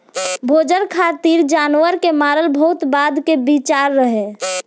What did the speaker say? भोजन खातिर जानवर के मारल बहुत बाद के विचार रहे